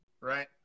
right